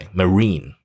，marine，